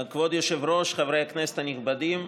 כבוד היושב-ראש, חברי הכנסת הנכבדים,